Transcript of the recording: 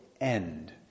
end